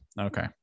Okay